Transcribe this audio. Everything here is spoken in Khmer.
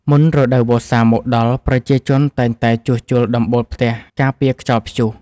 មុនរដូវវស្សាមកដល់ ប្រជាជនតែងតែជួសជុលដំបូលផ្ទះការពារខ្យល់ព្យុះ។